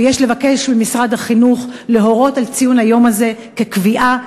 ויש לבקש ממשרד החינוך להורות על ציון היום הזה כקביעה,